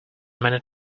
manner